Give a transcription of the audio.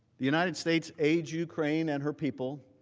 the united states age ukraine and her people